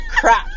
crap